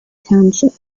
township